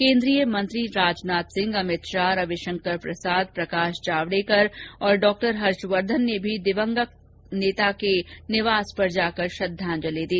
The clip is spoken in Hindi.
केन्द्रीय मंत्री राजनाथ सिंह अमित शाह रविशंकर प्रसाद प्रकाश जावड़ेकर और डॉक्टर हर्षवर्धन ने भी दिवंगत नेता के निवास पर जाकर श्रद्धांजलि दी